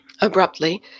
Abruptly